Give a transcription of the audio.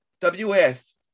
WS